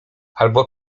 albo